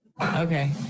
Okay